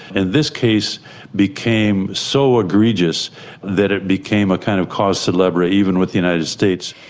and this case became so egregious that it became a kind of cause celebre even with united states.